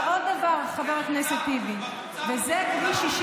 אבל עוד דבר, חבר הכנסת טיבי, זה כבר תוקצב.